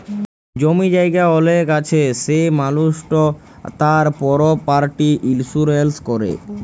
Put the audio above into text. জমি জায়গা অলেক আছে সে মালুসট তার পরপার্টি ইলসুরেলস ক্যরে